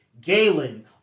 Galen